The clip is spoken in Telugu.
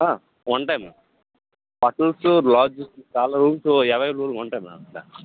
ఆ ఉంటాయి మ్యామ్ బస్సెస్సు లాడ్జెస్సు చాలా రూమ్సు ఎవైలబుల్గా ఉంటాయి మ్యామ్